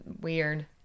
Weird